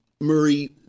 Murray